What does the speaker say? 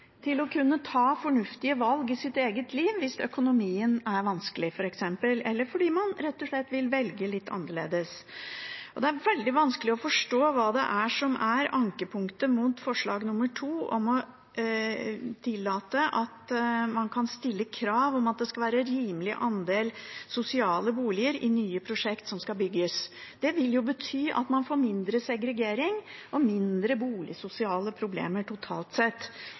kunne ta fornuftige valg i eget liv hvis økonomien er vanskelig, f.eks., eller fordi man rett og slett ville velge litt annerledes. Det er veldig vanskelig å forstå hva det er som er ankepunktet mot forslag nr. 2, om å tillate at man kan stille krav om at det skal være en rimelig andel sosiale boliger i nye prosjekt som skal bygges. Det vil bety at man får mindre segregering og færre boligsosiale problemer totalt sett.